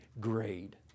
grade